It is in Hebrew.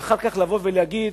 ואחר כך לבוא ולהגיד,